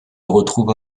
retrouve